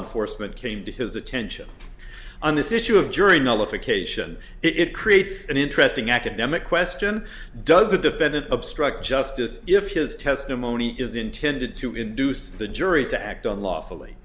enforcement came to his attention on this issue of jury nullification it creates an interesting academic question does the defendant obstruct justice if his testimony is intended to induce the jury to act on lawfully